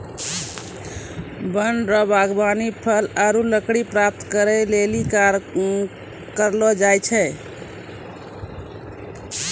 वन रो वागबानी फल आरु लकड़ी प्राप्त करै लेली करलो जाय छै